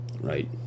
Right